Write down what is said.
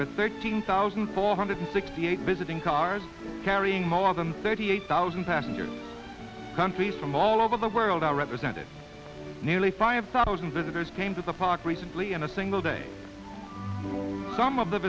with thirteen thousand four hundred sixty eight visiting cars carrying more than thirty eight thousand passengers countries from all over the world are represented nearly five thousand visitors came to the park recently in a single day some of the